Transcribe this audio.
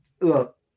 look